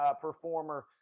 performer